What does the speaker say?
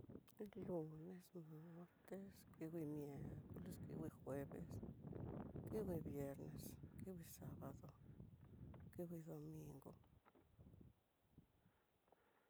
Lunes, martes, kingui miercoles, kingui jueves, kingui viernes, kingui sabado, kingui domingo.